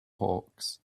hawks